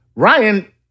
Ryan